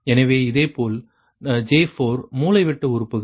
எனவே இதேபோல் J4 மூலைவிட்ட உறுப்புகள்